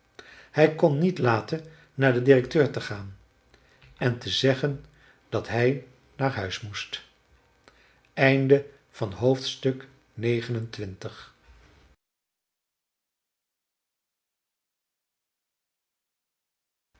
hij kon niet laten naar den directeur te gaan en te zeggen dat hij naar huis moest